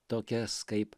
tokias kaip